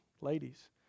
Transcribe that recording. ladies